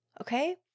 okay